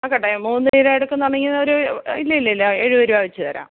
എടുക്കട്ടെ മൂന്നു കിലോ എടുക്കുന്നതാണെങ്കിൽ ഒരു ഇല്ലയില്ല ഇല്ല എഴുപത് രൂപ വെച്ചു തരാം